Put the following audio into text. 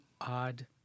odd